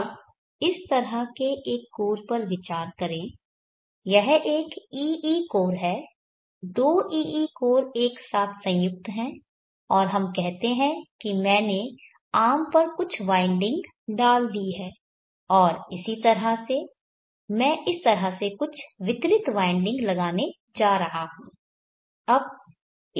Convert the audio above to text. अब इस तरह के एक कोर पर विचार करें यह एक EE कोर है दो EE कोर एक साथ संयुक्त हैं और हम कहते हैं कि मैंने आर्म पर कुछ वाइंडिंग डाल दी है और इसी तरह मैं इस तरह से कुछ वितरित वाइंडिंग लगाने जा रहा हूं